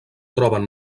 troben